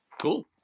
Cool